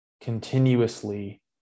continuously